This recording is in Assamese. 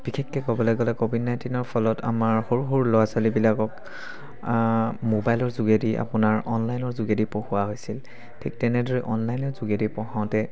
বিশেষকৈ ক'বলৈ গ'লে ক'ভিড নাইণ্টিনৰ ফলত আমাৰ সৰু সৰু ল'ৰা ছোৱালীবিলাকক মোবাইলৰ যোগেদি আপোনাৰ অনলাইনৰ যোগেদি পঢ়োৱা হৈছিল ঠিক তেনেদৰে অনলাইনৰ যোগেদি পঢ়াওঁতে